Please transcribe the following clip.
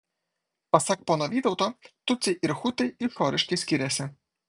pasak pono vytauto tutsiai ir hutai išoriškai skiriasi